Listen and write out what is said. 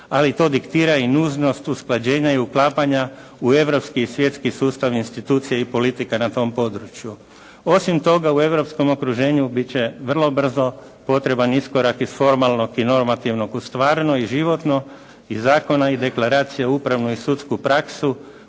ali to diktira i nužnost usklađenja i uklapanja u europski i svjetski sustav institucija i politika na tom području. Osim toga, u europskom okruženju bit će vrlo brzo potreban iskorak iz formalnog i normativnog u stvarno i životno, iz zakona i deklaracija u upravnu i sudsku praksu,